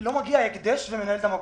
לא מגיע הקדש ומנהל מקום.